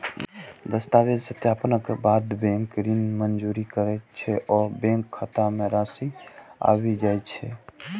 दस्तावेजक सत्यापनक बाद बैंक ऋण मंजूर करै छै आ बैंक खाता मे राशि आबि जाइ छै